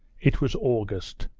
it was august.